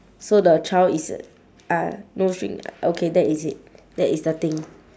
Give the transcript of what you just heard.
so the child is ah no string okay that is it that is the thing